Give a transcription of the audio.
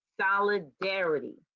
solidarity